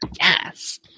Yes